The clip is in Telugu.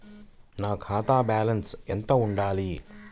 నా ఖాతా బ్యాలెన్స్ ఎంత ఉండాలి?